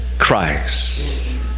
Christ